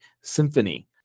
symphony